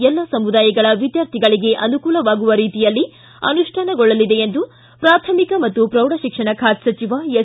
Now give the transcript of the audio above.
ಎಲ್ಲ ಸಮುದಾಯಗಳ ವಿದ್ಕಾರ್ಥಿಗಳಿಗೆ ಅನುಕೂಲವಾಗುವ ರೀತಿಯಲ್ಲಿ ಅನುಷ್ಠಾನಗೊಳ್ಳಲಿದೆ ಎಂದು ಪ್ರಾಥಮಿಕ ಮತ್ತು ಪ್ರೌಢಶಿಕ್ಷಣ ಖಾತೆ ಸಚಿವ ಎಸ್